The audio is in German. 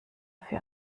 für